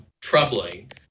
troubling